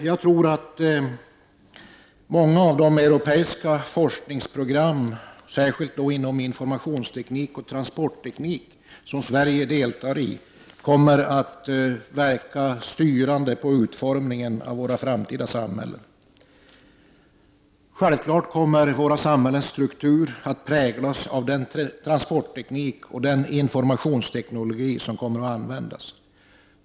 Jag tror att många av de europeiska forskningsprogrammen, särskilt inom informationsteknik och transportteknik som Sverige deltar i, kommer att verka styrande vid utformningen av våra framtida samhällen. Självfallet kommer våra samhällens struktur att präglas av den transportteknik och den informationsteknologi som kommer att användas.